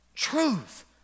truth